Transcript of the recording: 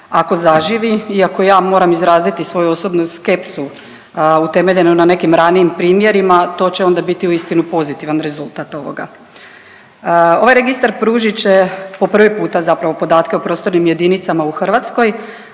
Ako zaživi i ako ja moram izraziti svoju osobnu skepsu utemeljenu na nekim ranijim primjerima to će onda biti uistinu pozitivan rezultat ovoga. Ovaj registar pružit će po prvi puta zapravo podatke o prostornim jedinicama u Hrvatskoj.